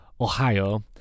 Ohio